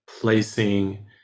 placing